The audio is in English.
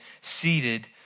seated